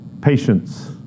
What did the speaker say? Patience